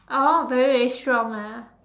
oh very very strong ah